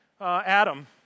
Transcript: Adam